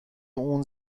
اون